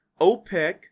OPEC